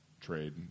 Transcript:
trade